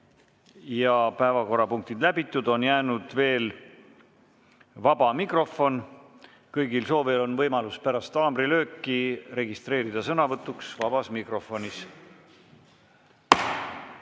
ja päevakorrapunktid läbitud. On jäänud veel vaba mikrofon. Kõigil soovijail on võimalus pärast haamrilööki registreeruda sõnavõtuks vabas mikrofonis.